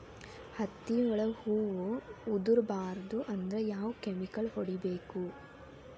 ಹತ್ತಿ ಒಳಗ ಹೂವು ಉದುರ್ ಬಾರದು ಅಂದ್ರ ಯಾವ ಕೆಮಿಕಲ್ ಹೊಡಿಬೇಕು?